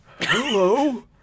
Hello